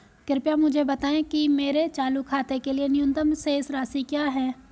कृपया मुझे बताएं कि मेरे चालू खाते के लिए न्यूनतम शेष राशि क्या है